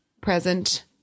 present